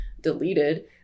deleted